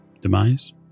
demise